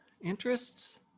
interests